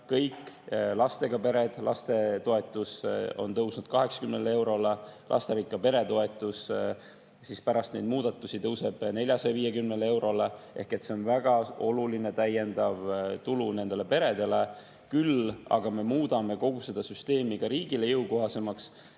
kõik lastega pered [raha juurde], lastetoetus on tõusnud 80 eurole, lasterikka pere toetus pärast neid muudatusi tõuseb 450 eurole. See on väga oluline täiendav tulu nendele peredele. Küll aga me muudame kogu seda süsteemi ka riigile jõukohasemaks,